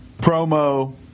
promo